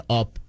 up